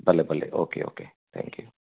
भले भले okay okay thank you